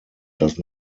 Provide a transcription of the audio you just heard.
does